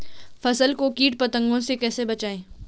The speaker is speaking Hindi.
फसल को कीट पतंगों से कैसे बचाएं?